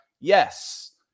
Yes